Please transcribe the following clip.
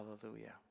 hallelujah